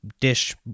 dish